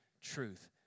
truth